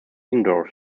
indoors